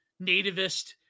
nativist